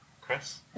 Chris